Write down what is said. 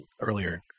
earlier